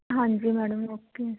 ਹਾਂਜੀ madam okay